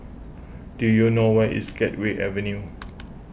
do you know where is Gateway Avenue